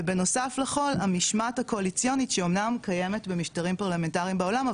ובנוסף לכל המשמעת הקואליציונית שאמנם קיימת במשטרים פרלמנטריים בעולם,